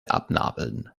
abnabeln